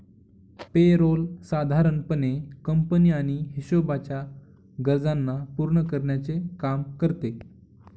पे role साधारण पणे company आणि हिशोबाच्या गरजांना पूर्ण करण्याचे काम करते